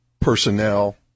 personnel